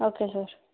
okay sir